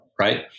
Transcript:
Right